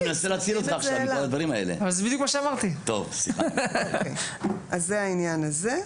אז זה העניין הזה.